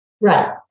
Right